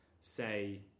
say